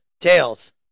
Tails